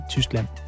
Tyskland